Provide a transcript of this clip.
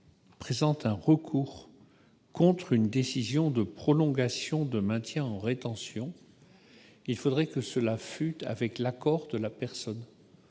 présente un recours contre une décision de prolongation de maintien en rétention, il faudrait que cela fût avec l'accord de la personne.